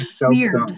weird